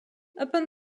upon